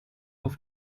auf